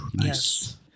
Yes